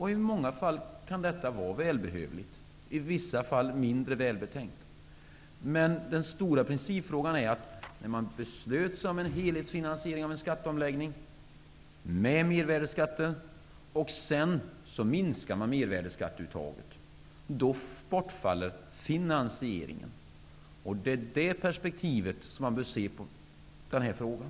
I många fall kan detta vara välbehövligt, i vissa fall mindre välbetänkt. Den stora principfrågan handlar om att man beslöt om en helhetsfinansiering av skatteomläggningen med mervärdesskatten. Sedan minskar man mervärdesskatteuttaget. Då bortfaller finansieringen. Det är ur det perspektivet som man bör se på den här frågan.